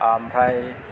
ओमफ्राय